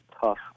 tough